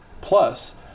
Plus